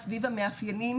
סביב המאפיינים